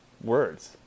words